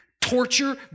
torture